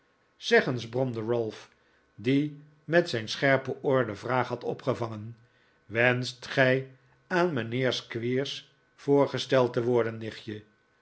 zeg eens bromde ralph die met zijn scherpe oor de vraag had opgevangen t nikolaas nickleby wenscht gij aan mijnheer squeers voorgesteld te worden nichtje